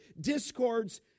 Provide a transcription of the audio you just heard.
discords